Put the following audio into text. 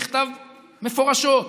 נכתב מפורשות: